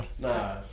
nah